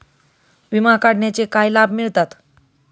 विमा काढण्याचे काय लाभ मिळतात?